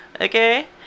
Okay